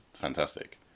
fantastic